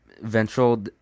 ventral